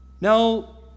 Now